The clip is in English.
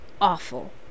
awful